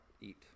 eat